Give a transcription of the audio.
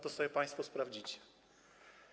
To sobie państwo sprawdzicie.